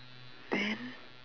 then